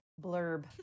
blurb